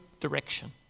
direction